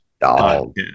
Dog